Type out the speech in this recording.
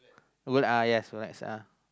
go uh yes roulette's are